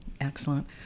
Excellent